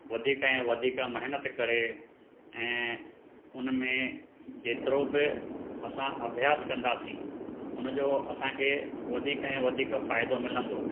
वधीक ऐं वधीक महिनतु करे ऐं उन में जेतिरो बि असां अभ्यास कंदासीं उन जो असांखे वधीक ऐं वधीक फ़ाइदो मिलंदो